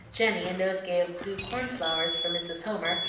jenny a nosegay of blue corn-flowers for mrs. homer,